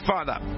Father